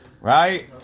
Right